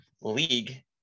league